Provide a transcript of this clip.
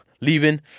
leaving